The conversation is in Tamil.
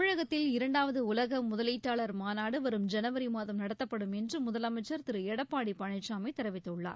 தமிழகத்தில் இரண்டாவது உலக முதலீட்டாளா் மாநாடு வரும் ஜனவரி மாதம் நடத்தப்படும் என்று முதலமைச்சர் திரு எடப்பாடி பழனிசாமி தெரிவித்துள்ளார்